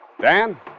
Dan